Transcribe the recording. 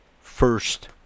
first